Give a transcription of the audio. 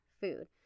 food